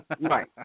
Right